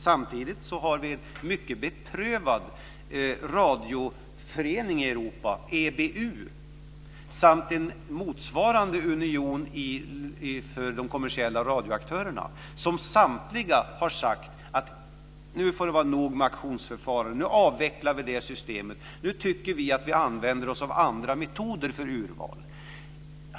Samtidigt har en mycket beprövad radioförening i Europa, EBU, samt en motsvarande union för de kommersiella radioaktörerna sagt att nu får det vara nog med auktionsförfarandet, att det systemet ska avvecklas och att man ska använda andra metoder för urval.